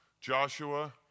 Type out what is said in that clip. Joshua